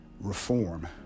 reform